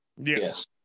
Yes